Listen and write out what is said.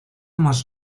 masz